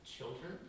Children